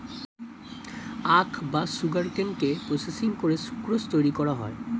আখ বা সুগারকেনকে প্রসেসিং করে সুক্রোজ তৈরি করা হয়